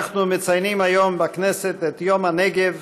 אנחנו מציינים היום בכנסת את יום הנגב,